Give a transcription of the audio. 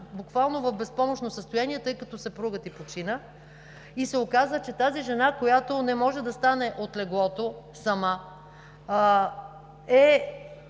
буквално в безпомощно състояние, тъй като съпругът й почина и се оказа, че тази жена, която не може да стане от леглото сама, е